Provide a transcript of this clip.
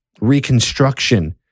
reconstruction